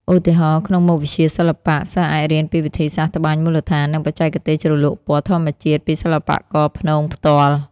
ឧទាហរណ៍ ក្នុងមុខវិជ្ជាសិល្បៈ សិស្សអាចរៀនពីវិធីសាស្ត្រត្បាញមូលដ្ឋាន និងបច្ចេកទេសជ្រលក់ពណ៌ធម្មជាតិពីសិល្បករព្នងផ្ទាល់។